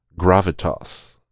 gravitas